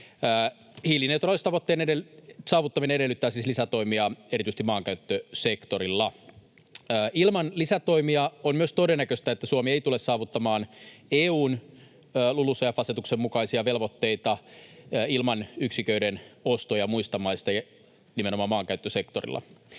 Hiilineutraaliustavoitteen saavuttaminen edellyttää siis lisätoimia erityisesti maankäyttösektorilla. Ilman lisätoimia on myös todennäköistä, että Suomi ei tule saavuttamaan EU:n LULUCF-asetuksen mukaisia velvoitteita ilman yksiköiden ostoja muista maista — nimenomaan maankäyttösektorilla.